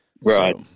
Right